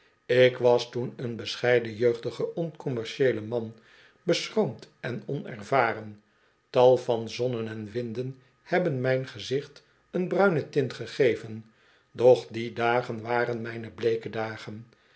ik was toen een bescheiden jeugdige oncommercieele man beschroomd en onervaren tal van zonnen en winden hebben mijn gezicht een bruine tint gegeven doch die dagen waren mijne bleeke dagen